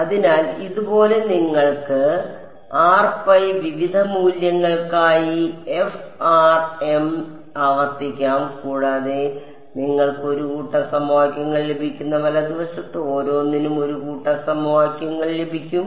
അതിനാൽ ഇതുപോലെ നിങ്ങൾക്ക് വിവിധ മൂല്യങ്ങൾക്കായി ആവർത്തിക്കാം കൂടാതെ നിങ്ങൾക്ക് ഒരു കൂട്ടം സമവാക്യങ്ങൾ ലഭിക്കുന്ന വലതുവശത്ത് ഓരോന്നിനും ഒരു കൂട്ടം സമവാക്യങ്ങൾ ലഭിക്കും